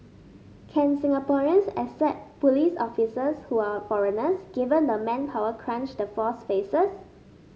can Singaporeans accept police officers who are foreigners given the manpower crunch the force faces